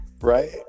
Right